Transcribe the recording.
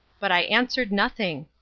but i answered nothing.